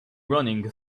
running